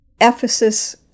Ephesus